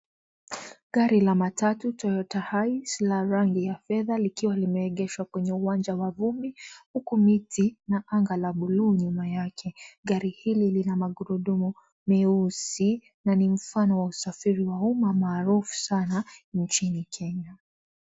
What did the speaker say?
Gari la matatu, Toyota Hiace, la rangi ya fedha likiwa limeegeshwa kwenye uwanja wa vumbi, huku miti na anga la bluu nyuma yake. Gari hili lina magurudumu meusi, na ni mfano wa usafiri wa umma, maarufu sana nchini Kenya.